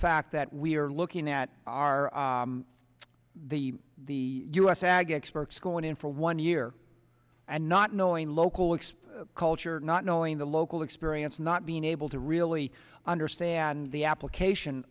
fact that we are looking at are the the us ag experts going in for one year and not knowing local expert culture not knowing the local experience not being able to really understand the application